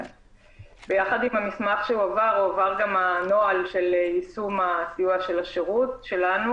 ביחד עם המסמך שהועבר הועבר גם הנוהל של יישום הסיוע של השירות שלנו.